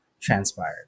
transpired